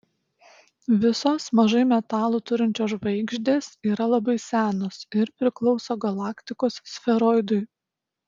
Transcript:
visos mažai metalų turinčios žvaigždės yra labai senos ir priklauso galaktikos sferoidui